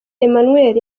emmanuel